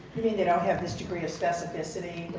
they don't have this degree of specificity.